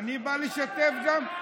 אני בא לשתף, גם,